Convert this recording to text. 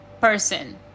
person